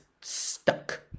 stuck